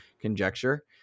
conjecture